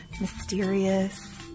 mysterious